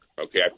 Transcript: Okay